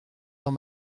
dans